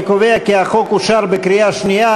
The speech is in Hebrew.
אני קובע כי החוק אושר בקריאה שנייה,